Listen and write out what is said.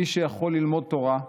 מי שיכול ללמוד תורה,